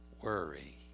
worry